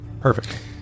Perfect